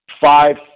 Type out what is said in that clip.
five